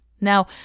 Now